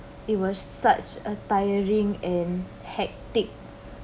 it was such a tiring and hectic